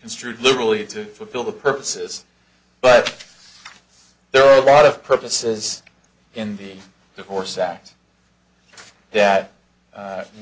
construed literally to fulfill the purposes but there are a lot of purposes in the divorce act that